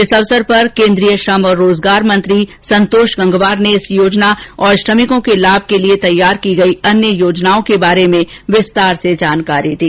इस अवसर पर केन्द्रीय श्रम और रोजगार मंत्री संतोष गंगवार ने इस योजना और श्रमिकों के लाभ के लिए तैयार की गई अन्य योजनाओं के बारे में विस्तार से जानकारी दी